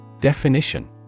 Definition